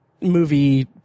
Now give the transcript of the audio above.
movie